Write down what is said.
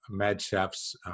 MedChef's